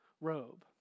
robe